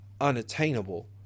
unattainable